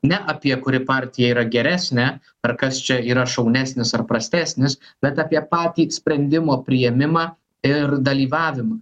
ne apie kuri partija yra geresnė ar kas čia yra šaunesnis ar prastesnis bet apie patį sprendimo priėmimą ir dalyvavimą